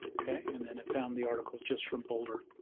ok and then it found the articles just from boulder.